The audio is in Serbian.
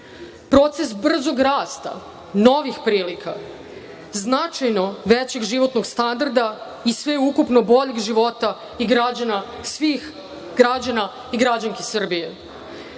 proces brzog rasta, novih prilika, značajno većeg životnog standarda i sveukupno boljeg života svih građana i građanki Srbije.